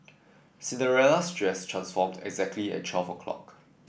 Cinderella's dress transformed exactly at twelfth o' clock